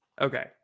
okay